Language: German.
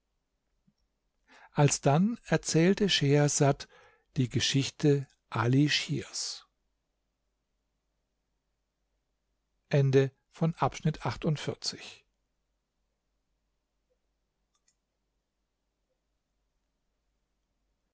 alsdann erzählte schehersad die geschichte ali schirs